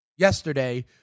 Yesterday